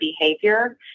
behavior